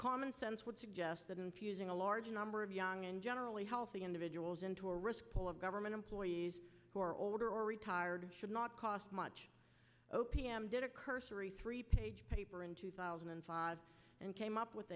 common sense would suggest that infusing a large number of young and generally healthy individuals into a risk pool of government employees who are older or retired should not cost much o p m did a cursory three page paper in two thousand and five and came up